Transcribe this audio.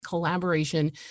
collaboration